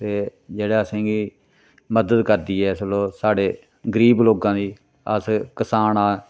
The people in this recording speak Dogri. ते जेह्ड़े असेंगी मदद करदी ऐ चलो साढ़े गरीब लोगां दी अस कसान आं